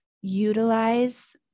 Utilize